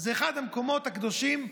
הוא אחד המקומות הקדושים,